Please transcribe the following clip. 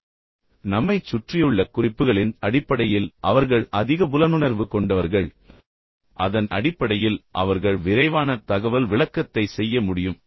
எனவே நம்மைச் சுற்றியுள்ள குறிப்புகளின் அடிப்படையில் அவர்கள் அதிக புலனுணர்வு கொண்டவர்கள் பின்னர் அதன் அடிப்படையில் அவர்கள் விரைவான தகவல் விளக்கத்தை செய்ய முடியும்